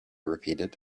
repeated